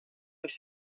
ens